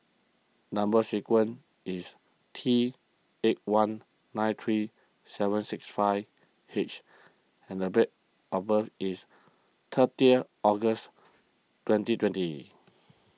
Number Sequence is T eight one nine three seven six five H and the bay of birth is thirtieth August twenty twenty